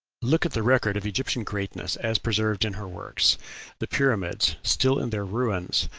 look at the record of egyptian greatness as preserved in her works the pyramids, still in their ruins,